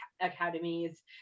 academies